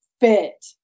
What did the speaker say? fit